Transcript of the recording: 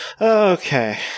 Okay